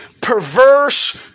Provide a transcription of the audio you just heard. perverse